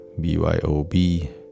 BYOB